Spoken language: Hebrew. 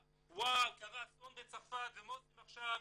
"וואו קרה אסון בצרפת ומה עושים עכשיו,